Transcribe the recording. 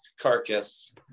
carcass